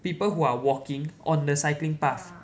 people who are walking on the cycling path